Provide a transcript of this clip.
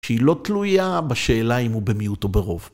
שהיא לא תלויה בשאלה אם הוא במיעוט או ברוב.